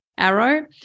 Arrow